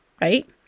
right